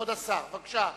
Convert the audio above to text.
כבוד השר, בבקשה.